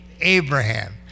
Abraham